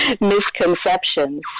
misconceptions